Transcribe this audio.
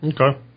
Okay